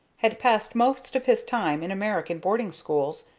had passed most of his time in american boarding-schools,